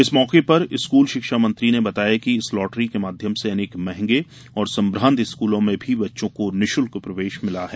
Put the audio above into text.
इस मौके पर स्कूल शिक्षा मंत्री ने बताया कि इस लॉटरी के माध्यम से अनेक मंहगे और संभ्रांत स्कूलों में भी बच्चों को निःशुल्क प्रवेश मिला है